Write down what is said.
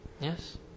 Yes